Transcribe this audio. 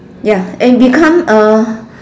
ya and become a